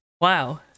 Wow